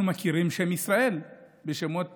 אנחנו מכירים את השם ישראל ושמות